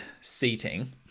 seating